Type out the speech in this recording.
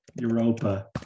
Europa